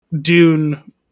Dune